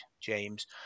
James